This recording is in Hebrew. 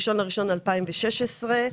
1.1.2016,